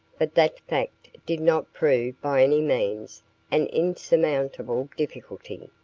but that fact did not prove by any means an insurmountable difficulty.